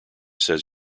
says